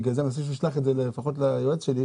בגלל זה אני רוצה שהוא ישלח את זה לפחות ליועץ שלי,